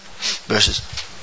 verses